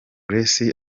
grace